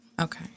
Okay